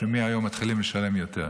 שמהיום מתחילים לשלם יותר.